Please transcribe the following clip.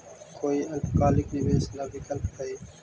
कोई अल्पकालिक निवेश ला विकल्प हई?